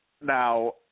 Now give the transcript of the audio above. Now